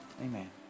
Amen